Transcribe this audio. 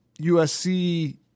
USC